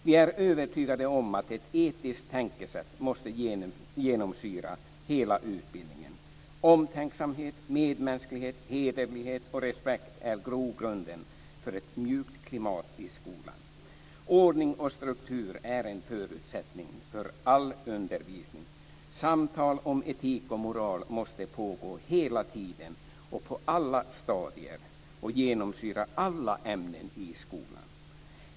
Vi är övertygade om att ett etiskt tänkesätt måste genomsyra hela utbildningen. Omtänksamhet, medmänsklighet, hederlighet och respekt är grogrunden för ett mjukt klimat i skolan. Ordning och struktur är en förutsättning för all undervisning. Samtal om etik och moral måste pågå hela tiden och på alla stadier och genomsyra alla ämnen i skolan.